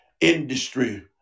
industry